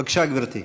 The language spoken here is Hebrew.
בבקשה, גברתי.